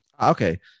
Okay